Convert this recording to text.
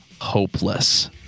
hopeless